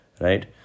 right